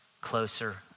closer